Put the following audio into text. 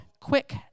quick